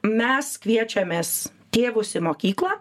mes kviečiamės tėvus į mokyklą